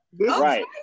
Right